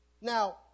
Now